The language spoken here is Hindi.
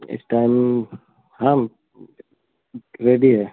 इस टाइम हम रेडी हैं